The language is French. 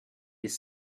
les